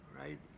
right